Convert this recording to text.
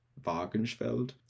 Wagensfeld